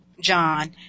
John